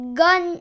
gun